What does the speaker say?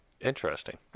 Interesting